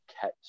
catch